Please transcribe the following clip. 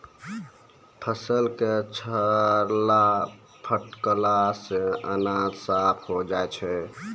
फसल क छाड़ला फटकला सें अनाज साफ होय जाय छै